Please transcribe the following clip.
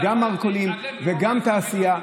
גם מרכולים וגם תעשייה,